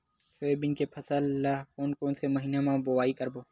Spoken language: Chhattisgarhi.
सोयाबीन के फसल ल कोन कौन से महीना म बोआई करबो?